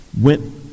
went